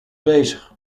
bezig